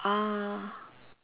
ah